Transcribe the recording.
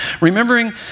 Remembering